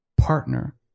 partner